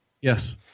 Yes